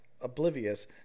oblivious